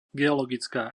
geologická